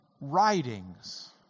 writings